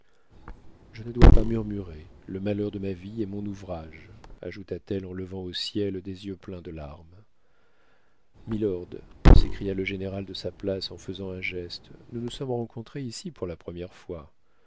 je ne dois pas murmurer le malheur de ma vie est mon ouvrage ajouta-t-elle en levant au ciel des yeux pleins de larmes milord s'écria le général de sa place en faisant un geste nous nous sommes rencontrés ici pour la première fois